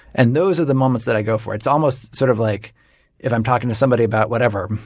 and those are the moments that i go for. it's almost sort of like if i'm talking to somebody about whatever,